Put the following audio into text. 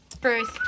Bruce